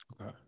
Okay